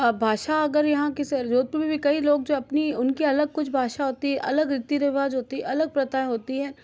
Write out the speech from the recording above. भाषा अगर यहाँ की जोधपुर में कई लोग जो अपनी उनकी अलग कुछ भाषा होती है अलग रीति रिवाज होती अलग प्रथा होती है